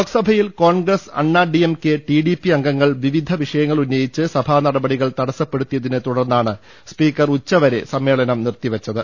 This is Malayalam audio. ലോക്സഭയിൽ Congress Anna DMK TDP അംഗങ്ങൾ വിവിധ വിഷയങ്ങൾ ഉന്നയിച്ച് സഭാ നടപടികൾ തട സ്സ്പ്പെടുത്തിയതിനെ തുടർന്നാണ് സ്പീക്കർ ഉച്ചവരെ സമ്മേളനം നിർത്തിവെച്ചത്